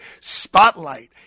spotlight